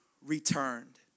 returned